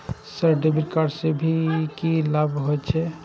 Sir debit card से की से की लाभ हे छे?